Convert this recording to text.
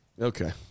Okay